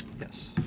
yes